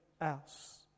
else